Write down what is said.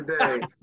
today